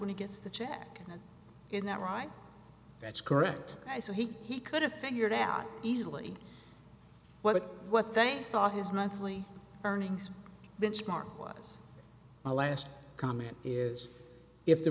when he gets the check in that right that's correct so he he could have figured out easily what what they thought his monthly earnings benchmark was my last comment is if the